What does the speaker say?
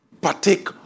partake